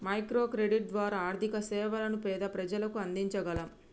micro credit ద్వారా ఆర్థిక సేవలను పేద ప్రజలకు అందించగలం